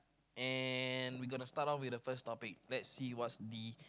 and we gonna start off with the first topic let's see what's the